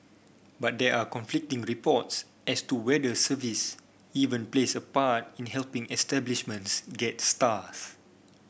but there are conflicting reports as to whether service even plays a part in helping establishments get stars